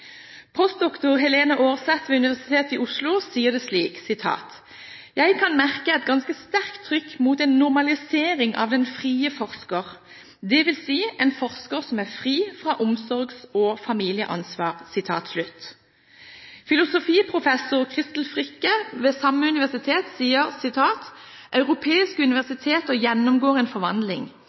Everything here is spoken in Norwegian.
Postdoktor Helene Aarseth ved Universitetet i Oslo sier det slik: «Jeg kan merke et ganske sterkt trykk mot en normalisering av den «frie» forsker. Det vil si en forsker som er fri fra omsorgs- og familieansvar.» Filosofiprofessor Christel Fricke ved samme universitet sier: «Europeiske universiteter gjennomgår en forvandling.